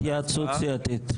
התייעצות סיעתית.